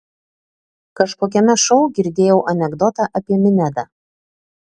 kažkokiame šou girdėjau anekdotą apie minedą